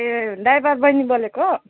ए driver बहिनी बोलेको